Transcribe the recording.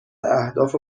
اهداف